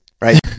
right